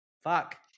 fuck